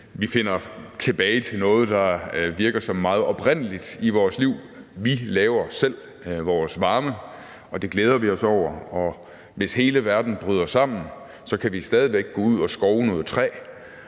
Vi finder tilbage til noget, der virker som noget meget oprindeligt i vores liv: Vi laver selv vores varme, og det glæder vi os over, og hvis hele verden bryder sammen, kan vi stadig væk gå ud og skove noget træ